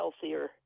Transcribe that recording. healthier